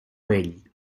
vell